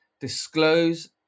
disclose